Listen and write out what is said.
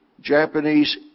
Japanese